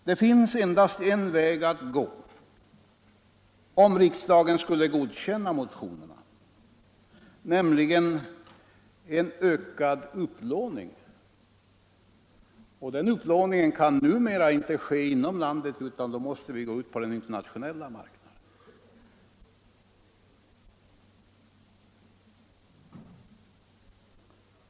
Det finns endast en väg att gå, om riksdagen skulle godkänna motionerna, och det är en ökad upplåning. Den upplåningen kan numera inte ske inom landet, utan då måste vi gå ut på den internationella marknaden.